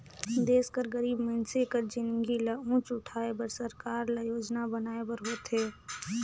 देस कर गरीब मइनसे कर जिनगी ल ऊंच उठाए बर सरकार ल योजना बनाए बर होथे